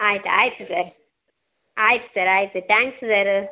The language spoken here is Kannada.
ಆಯ್ತು ಆಯಿತು ಸರ್ ಆಯ್ತು ಸರ್ ಆಯ್ತು ತ್ಯಾಂಕ್ಸ್ ಸರ್ರ್